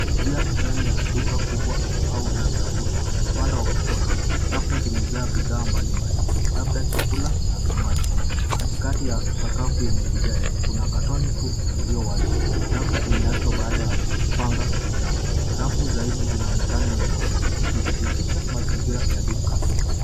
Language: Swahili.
Njia ndani ya duka kubwa au la vyakula. Upande wa kushoto rafu zimejaa bidhaa mbalimbali labda chakula na vinywaji. Katikati ya sakafu yenye vigae kuna katone tupu iliyo wazi labda imeachwa baada ya kupanga bidhaa. Rafu zaidi zinaonekana nyuma zikidhibitisha mazingira ya duka.